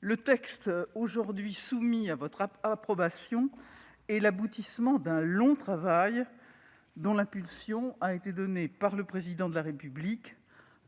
le texte aujourd'hui soumis à votre approbation est l'aboutissement d'un long travail, dont l'impulsion a été donnée par le Président de la République